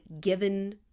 given